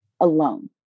alone